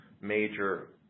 major